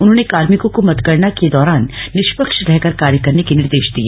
उन्होंने कार्मिकों को मतगणना के दौरान निष्पक्ष रहकर कार्य करने के निर्देश दिए